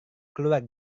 keluar